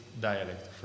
dialect